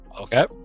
Okay